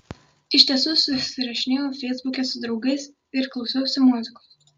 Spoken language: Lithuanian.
iš tiesų susirašinėjau feisbuke su draugais ir klausiausi muzikos